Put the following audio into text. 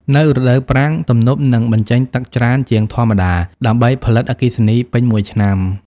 នៅរដូវប្រាំង ទំនប់នឹងបញ្ចេញទឹកច្រើនជាងធម្មតា ដើម្បីផលិតអគ្គិសនីពេញមួយឆ្នាំ។